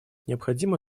необходимо